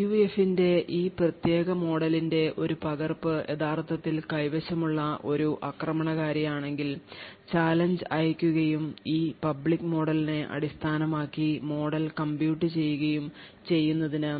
PUF ന്റെ ഈ പ്രത്യേക മോഡലിന്റെ ഒരു പകർപ്പ് യഥാർത്ഥത്തിൽ കൈവശം ഉള്ള ഒരു ആക്രമണകാരിയാണെങ്കിൽ ചാലഞ്ച് അയയ്ക്കുകയും ഈ പബ്ലിക് മോഡലിനെ അടിസ്ഥാനമാക്കി മോഡൽ കമ്പ്യൂട്ട് ചെയ്യുകയും ചെയ്യുന്നതിനു